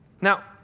Now